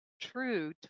true